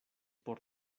por